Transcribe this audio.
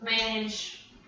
manage